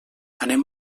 anem